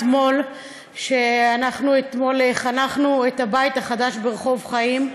אתמול חנכנו את הבית החדש ברחוב חיים,